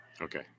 Okay